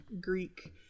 Greek